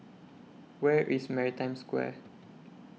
Where IS Maritime Square